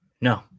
No